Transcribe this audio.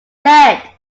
said